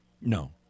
No